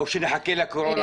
או שנחכה לקורונה השנייה.